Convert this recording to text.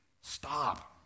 Stop